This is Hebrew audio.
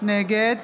נגד